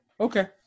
Okay